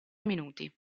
minuti